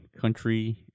country